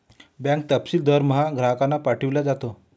bank तपशील दरमहा ग्राहकांना पाठविला जातो